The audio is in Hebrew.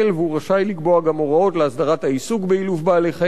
והוא רשאי לקבוע גם הוראות להסדרת העיסוק באילוף בעלי-חיים,